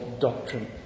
doctrine